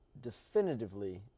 definitively